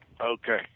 Okay